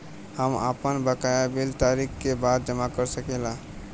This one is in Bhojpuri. हम आपन बकाया बिल तारीख क बाद जमा कर सकेला?